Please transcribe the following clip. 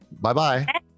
bye-bye